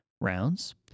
rounds